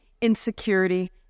insecurity